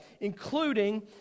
including